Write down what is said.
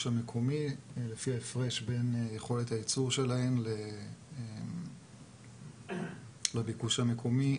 המקומי לפי הפרש בין יכולת הייצור שלהן לביקוש המקומי,